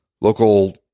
local